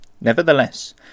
Nevertheless